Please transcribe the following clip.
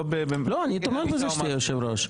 לא, אני תומך בזה שתהיה היושב-ראש.